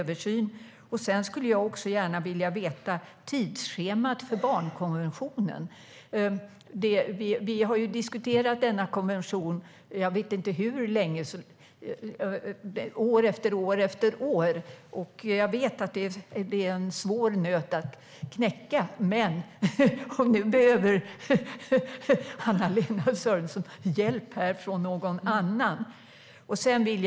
Jag skulle också gärna vilja veta hur tidsschemat för barnkonventionen ser ut. Jag vet inte hur länge vi har diskuterat denna konvention - år efter år. Det är en svår nöt att knäcka. Jag ser på Anna-Lena Sörenson att hon kommer att behöva hjälp av någon annan i den frågan.